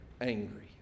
angry